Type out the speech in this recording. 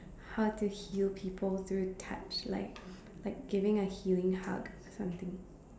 how to heal people through touch like like giving a healing hug or something